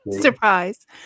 Surprise